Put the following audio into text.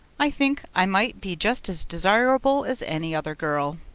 i think, i might be just as desirable as any other girl.